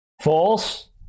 False